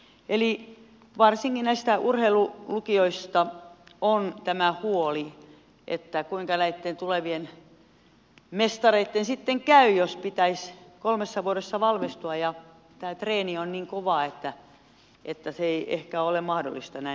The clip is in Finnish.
eli varsinkin näistä urheilulukioista on tämä huoli kuinka näitten tulevien mestareitten sitten käy jos pitäisi kolmessa vuodessa valmistua ja tämä treeni on niin kovaa että se ei ehkä ole mahdollista näin nopeasti